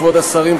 כבוד השרים,